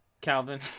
Calvin